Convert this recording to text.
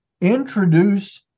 introduce